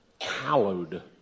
hallowed